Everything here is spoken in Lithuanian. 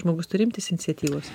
žmogus turi imtis iniciatyvos